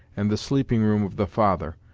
and the sleeping-room of the father,